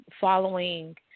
following